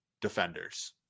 defenders